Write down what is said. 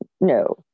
No